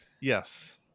Yes